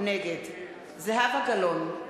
נגד זהבה גלאון,